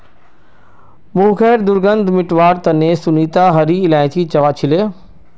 मुँहखैर दुर्गंध मिटवार तने सुनीता हरी इलायची चबा छीले